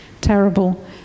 terrible